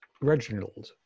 Reginald